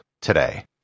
today